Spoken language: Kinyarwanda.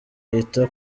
yita